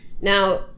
Now